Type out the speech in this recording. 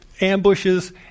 ambushes